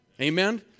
Amen